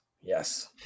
Yes